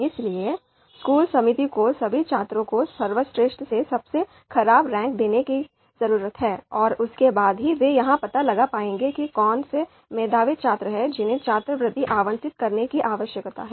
इसलिए स्कूल समिति को सभी छात्रों को सर्वश्रेष्ठ से सबसे खराब रैंक देने की जरूरत है और उसके बाद ही वे यह पता लगा पाएंगे कि कौन से मेधावी छात्र हैं जिन्हें छात्रवृत्ति आवंटित करने की आवश्यकता है